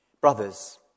Brothers